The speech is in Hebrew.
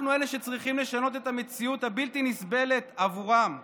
אנחנו אלה שצריכים לשנות את המציאות הבלתי-נסבלת עבורם,